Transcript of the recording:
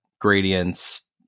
gradients